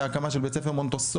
והקמה של בית ספר מונטסורי,